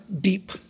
deep